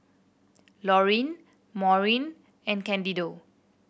Laurine Maurine and Candido